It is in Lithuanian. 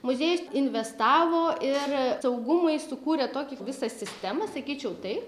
muziejus investavo ir saugumui sukūrė tokį visą sistemą sakyčiau taip